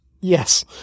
Yes